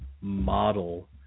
model